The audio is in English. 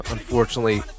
Unfortunately